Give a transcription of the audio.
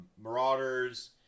Marauders